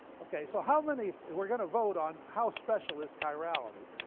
okay, so how many we're going to vote on how special is chirality.